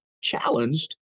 challenged